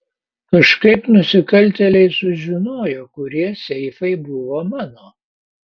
kažkaip nusikaltėliai sužinojo kurie seifai buvo mano